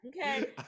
Okay